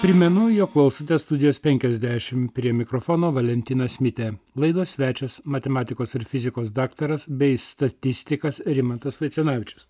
primenu jog klausote studijos penkiasdešimt prie mikrofono valentinas mitė laidos svečias matematikos ir fizikos daktaras bei statistikas rimantas vaicenavičius